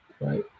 right